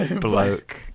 bloke